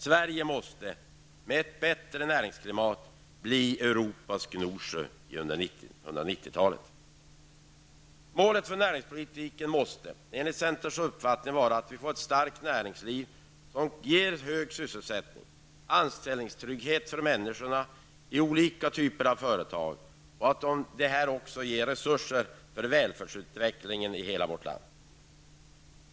Sverige måste, med ett bättre näringsklimat, bli Europas Målet för näringspolitiken måste enligt centerns uppfattning vara att vi får ett starkt näringsliv som ger hög sysselsättning och som ger människorna anställningstrygghet i olika typer av företag. Vidare måste detta innebära att vi får resurser för välfärdsutvecklingen i hela vårt land.